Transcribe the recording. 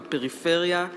בפריפריה,